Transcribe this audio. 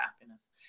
happiness